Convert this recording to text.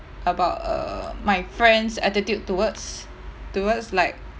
about err my friends attitude towards towards like